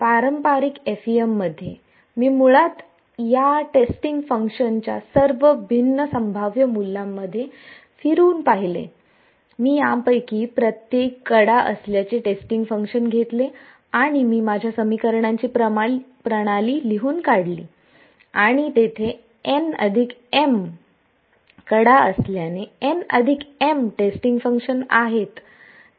पारंपारिक FEM मध्ये मी मुळात या टेस्टिंग फंक्शन्सच्या सर्व भिन्न संभाव्य मूल्यांमध्ये फिरून पाहिले मी यापैकी प्रत्येक कडा असल्याचे टेस्टिंग फंक्शन्स घेतले आणि मी माझ्या समीकरणांची प्रणाली लिहून दिली आणि तेथे n m कडा असल्याने n m टेस्टिंग फंक्शन्स आहेत